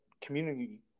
community